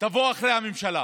תבוא אחרי הממשלה.